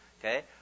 Okay